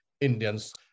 Indians